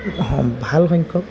ভাল সংখ্যক